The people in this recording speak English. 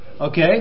Okay